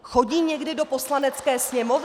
Chodí někdy do Poslanecké sněmovny?